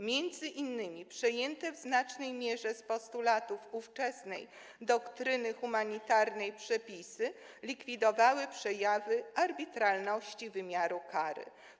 Między innymi przejęte w znacznej mierze z postulatów ówczesnej doktryny humanitarnej przepisy likwidowały przejawy arbitralności wymiaru kary.